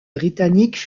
britanniques